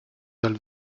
dal